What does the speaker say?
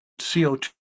CO2